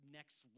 next